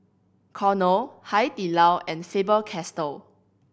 Cornell Hai Di Lao and Faber Castell